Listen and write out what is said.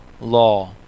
law